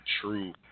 true